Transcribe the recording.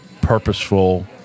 purposeful